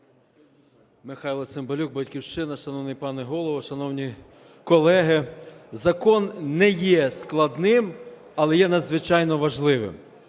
Михайло Цимбалюк, "Батьківщина". Шановний пане Голово, шановні колеги, закон не є складним, але є надзвичайно важливим.